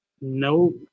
Nope